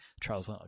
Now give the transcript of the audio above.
Charles